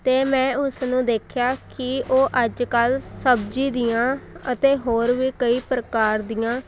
ਅਤੇ ਮੈਂ ਉਸ ਨੂੰ ਦੇਖਿਆ ਕੀ ਉਹ ਅੱਜ ਕੱਲ੍ਹ ਸਬਜ਼ੀ ਦੀਆਂ ਅਤੇ ਹੋਰ ਵੀ ਕਈ ਪ੍ਰਕਾਰ ਦੀਆਂ